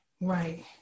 Right